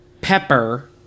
Pepper